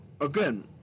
again